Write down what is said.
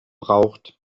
braucht